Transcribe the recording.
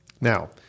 Now